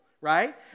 right